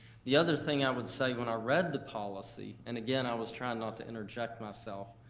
the other thing i would say when i read the policy, and again i was trying not to interject myself,